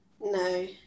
no